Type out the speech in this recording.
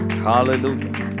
hallelujah